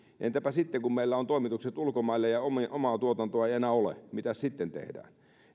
entäpä sitten kun meillä on toimitukset ulkomailta ja omaa tuotantoa ei enää ole mitäs sitten tehdään